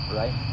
right